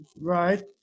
right